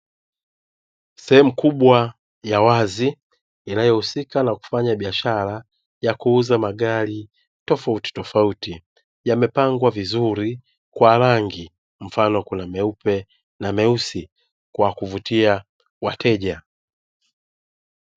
Sehemu kubwa ya wazi inayo husika na kufanya biashara ya kuuza magari tofautitofauti, yamepangwa vizuri kwa rangi mfano kuna meupe na meusi kwa kuvutia wateja.